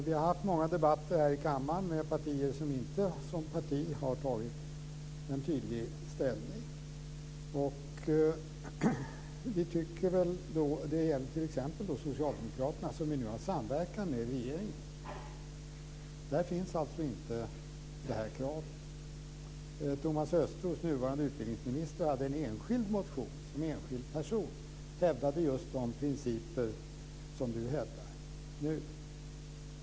Vi har haft många debatter här i kammaren med partier som inte som partier har tagit en tydlig ställning. Det gäller t.ex. Socialdemokraterna som vi nu samverkar med. Där finns alltså inte det här kravet. Thomas Östros, nuvarande utbildningsministern, hade en enskild motion där han hävdade just de principer som Gunnar Axén hävdar.